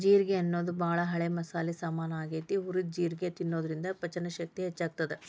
ಜೇರ್ಗಿ ಅನ್ನೋದು ಬಾಳ ಹಳೆ ಮಸಾಲಿ ಸಾಮಾನ್ ಆಗೇತಿ, ಹುರಿದ ಜೇರ್ಗಿ ತಿನ್ನೋದ್ರಿಂದ ಪಚನಶಕ್ತಿ ಹೆಚ್ಚಾಗ್ತೇತಿ